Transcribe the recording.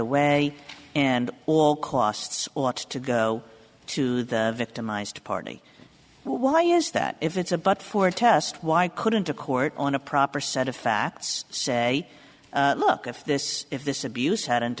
away and all costs ought to go to the victimized party why is that if it's a but for test why couldn't a court on a proper set of facts say look if this if this abuse hadn't